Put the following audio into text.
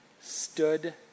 stood